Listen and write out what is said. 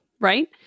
Right